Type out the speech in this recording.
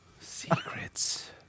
Secrets